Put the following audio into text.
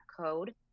code